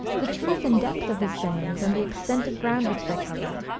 the truth and depth of his sayings, and the extent of ground which they cover,